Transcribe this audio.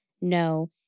no